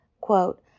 Quote